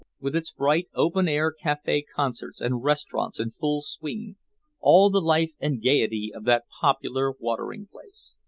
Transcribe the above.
with its bright open-air cafe-concerts and restaurants in full swing all the life and gayety of that popular watering-place.